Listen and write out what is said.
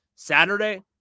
Saturday